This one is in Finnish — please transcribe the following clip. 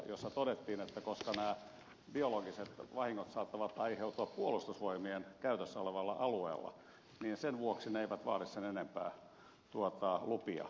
siinä todettiin että koska nämä biologiset vahingot saattavat aiheutua puolustusvoimien käytössä olevalla alueella niin sen vuoksi toiminta ei vaadi sen enempää lupia